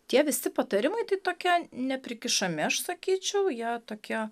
tie visi patarimai tai tokie neprikišami aš sakyčiau jie tokie